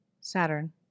Saturn